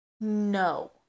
No